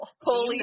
Holy